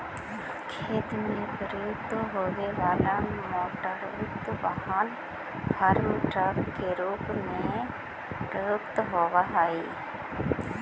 खेत में प्रयुक्त होवे वाला मोटरयुक्त वाहन फार्म ट्रक के रूप में प्रयुक्त होवऽ हई